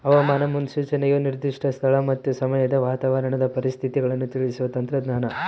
ಹವಾಮಾನ ಮುನ್ಸೂಚನೆಯು ನಿರ್ದಿಷ್ಟ ಸ್ಥಳ ಮತ್ತು ಸಮಯದ ವಾತಾವರಣದ ಪರಿಸ್ಥಿತಿಗಳನ್ನು ತಿಳಿಸುವ ತಂತ್ರಜ್ಞಾನ